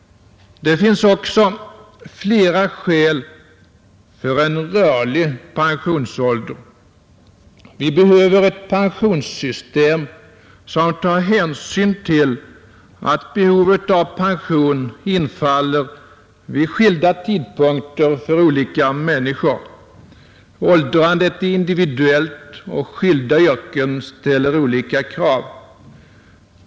Det finns också flera skäl för en rörlig pensionsålder. Vi behöver ett — Sänkning av den pensionssystem som tar hänsyn till att behovet av pension infaller vid allmänna pensionsåldern skilda tidpunkter för olika människor. AÄldrandet är individuellt, och skilda yrken ställer olika krav.